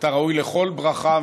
אתה ראוי לכל ברכה.